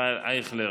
ישראל אייכלר,